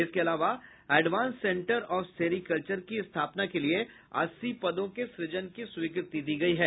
इसके अलावा advance centre of sericulture की स्थापना के लिए अस्सी पदों के सुजन की स्वीकृति दी गयी है